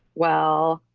well,